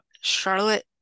Charlotte